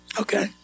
okay